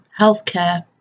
healthcare